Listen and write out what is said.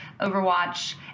Overwatch